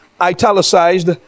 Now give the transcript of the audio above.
italicized